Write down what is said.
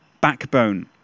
backbone